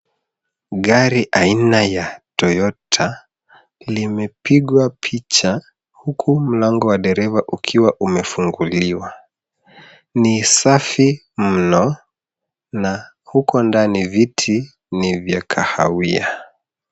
Gari aina ya Toyota limepigwa picha huku mlango wa dereva ukiwa umefunguliwa. Ni safi mno na huko ndani viti ni vya kahawia.